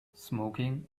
smoking